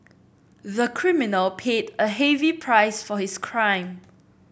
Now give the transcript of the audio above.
the criminal paid a heavy price for his crime